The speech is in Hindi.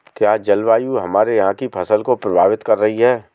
क्या जलवायु हमारे यहाँ की फसल को प्रभावित कर रही है?